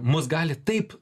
mus gali taip